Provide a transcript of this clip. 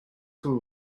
would